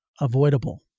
avoidable